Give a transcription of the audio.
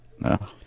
No